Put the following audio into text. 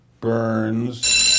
Burns